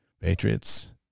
patriots